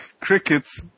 crickets